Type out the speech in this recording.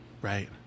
right